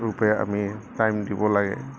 ৰূপে আমি টাইম দিব লাগে